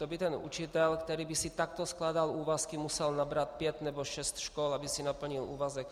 To by ten učitel, který by si takto skládal úvazky, musel nabrat pět nebo šest škol, aby si naplnil úvazek.